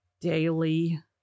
daily